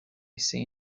see